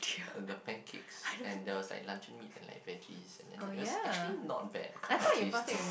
the pancakes and the side luncheon meat and like veggies and then it was actually not bad kind of tasty